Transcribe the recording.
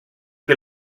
que